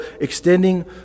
extending